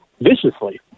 viciously